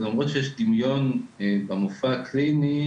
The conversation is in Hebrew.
למרות שיש דמיון במופע הקליני,